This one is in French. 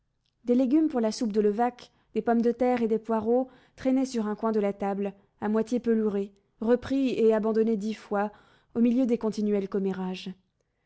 des légumes pour la soupe de levaque des pommes de terre et des poireaux traînaient sur un coin de la table à moitié pelurés repris et abandonnés dix fois au milieu des continuels commérages